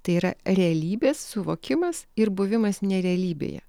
tai yra realybės suvokimas ir buvimas nerealybėje